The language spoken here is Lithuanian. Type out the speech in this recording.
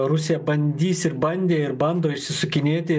rusija bandys ir bandė ir bando išsisukinėti